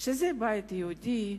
שזה הבית היהודי,